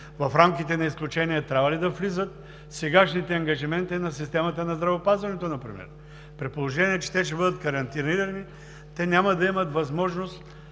В рамките на изключенията трябва ли да влизат сегашните ангажименти на системата на здравеопазването например, при положение че те ще бъдат карантинирани и няма да имат възможност